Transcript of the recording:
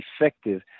effective